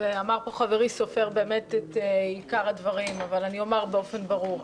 אמר פה חברי סופר את עיקר הדברים אבל אני אומר באופן ברור.